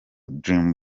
dream